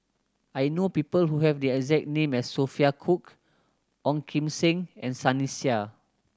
I know people who have the exact name as Sophia Cooke Ong Kim Seng and Sunny Sia